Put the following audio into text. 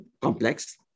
complex